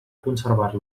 conservar